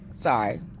sorry